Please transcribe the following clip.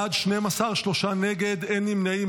בעד, 12, שלושה נגד, אין נמנעים.